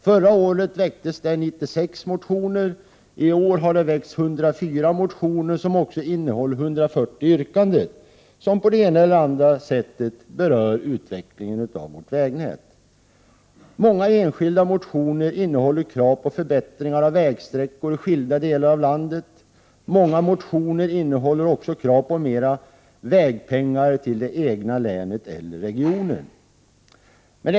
Förra året väcktes det 96 motioner, i år har det väckts 104 motioner innehållande 140 yrkanden, som på det ena eller andra sättet berör utvecklingen av vårt vägnät. Många enskilda motioner innehåller krav på förbättringar av vägsträckor i skilda delar av landet. Många innehåller också krav på mera vägpengar till det egna länet eller regionen.